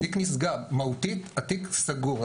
מהותית התיק סגור.